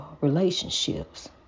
relationships